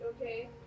okay